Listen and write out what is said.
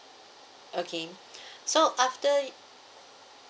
okay so after